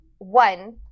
One